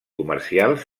comercials